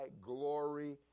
glory